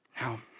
Now